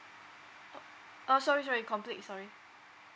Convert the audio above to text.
oo orh sorry sorry complete sorry